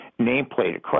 nameplate